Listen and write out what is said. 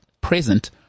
present